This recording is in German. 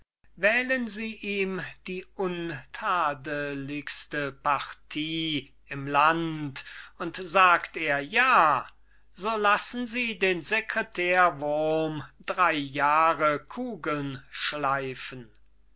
wählen sie ihm die untadelichste partie im lande und sagt er ja so lassen sie den secretär wurm drei jahre kugeln schleifen